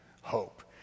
hope